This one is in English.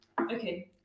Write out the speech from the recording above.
Okay